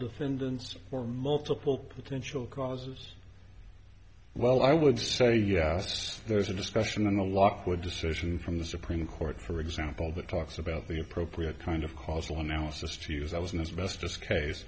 defendants or multiple potential causes well i would say yes there's a discussion in the lockwood decision from the supreme court for example that talks about the appropriate kind of causal analysis to use i was in his bestest case